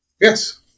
Yes